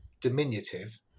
Diminutive